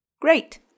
Great